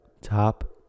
top